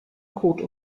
code